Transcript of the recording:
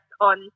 on